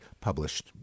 published